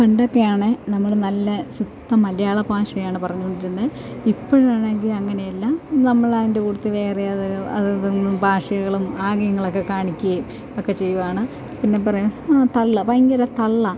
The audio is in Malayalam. പണ്ടൊക്കെ ആണേ നമ്മള് നല്ല ശുദ്ധ മലയാള ഭാഷയാണ് പറഞ്ഞോണ്ടിരുന്നേ ഇപ്പൊഴാണെങ്കില് അങ്ങനെ അല്ല നമ്മളതിൻ്റെ കൂട്ടത്തില് വേറെ അത് ഇതെന്നും ഭാഷകളും ആംഗ്യങ്ങളൊക്കെ കാണിക്കുകയും ഒക്കെ ചെയ്യുകയാണ് പിന്നെ പറയാം തള്ളാ ഭയങ്കര തള്ളാ